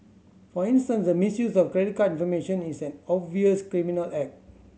for instance the misuse of credit card information is an obvious criminal act